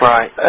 Right